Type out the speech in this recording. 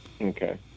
Okay